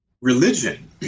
religion